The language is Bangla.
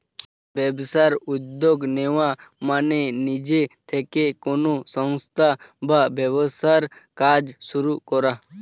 ব্যবসায় উদ্যোগ নেওয়া মানে নিজে থেকে কোনো সংস্থা বা ব্যবসার কাজ শুরু করা